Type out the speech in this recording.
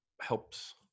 helps